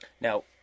Now